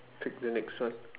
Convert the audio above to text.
click the next one